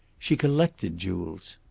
she collected jewels.